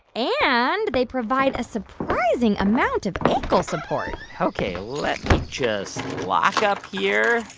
and they provide a surprising amount of ankle support ok. let me just lock up here